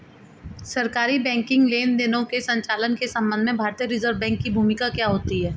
सरकारी बैंकिंग लेनदेनों के संचालन के संबंध में भारतीय रिज़र्व बैंक की भूमिका क्या होती है?